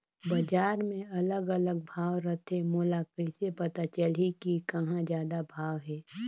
बजार मे अलग अलग भाव रथे, मोला कइसे पता चलही कि कहां जादा भाव हे?